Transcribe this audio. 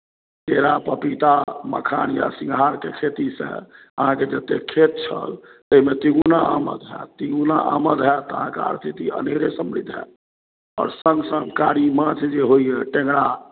केरा पपीता मखान या सिङ्घाड़के खेतीसँ अहाँकेँ जतेक खेत छल ताहिमे तिगुना आमद हैत तिगुना आमद हैत तऽ अहाँके आर्थिक स्थिति अनेरे समृद्ध हैत आ सङ्ग सङ्ग कारी माँछ जे होइए टेङ्गरा